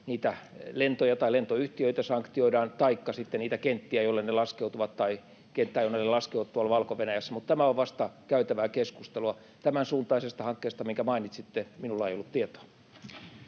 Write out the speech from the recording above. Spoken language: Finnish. niitä lentoja tai lentoyhtiöitä taikka sitten sitä kenttää, jolle ne laskeutuvat Valko-Venäjällä, mutta tämä on vasta käytävää keskustelua. Tämän suuntaisesta hankkeesta, minkä mainitsitte, minulla ei ollut tietoa.